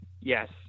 Yes